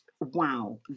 wow